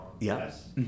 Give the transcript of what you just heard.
Yes